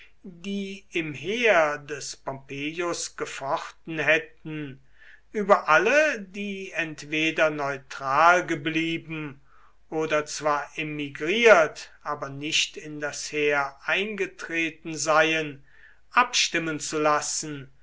die im heer des pompeius gefochten hätten über alle die entweder neutral geblieben oder zwar emigriert aber nicht in das heer eingetreten seien abstimmen zu lassen